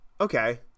okay